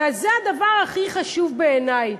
וזה הדבר הכי חשוב בעיני.